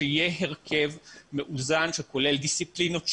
שיהיה הרכב מאוזן שכולל דיסציפלינות שונות,